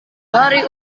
hari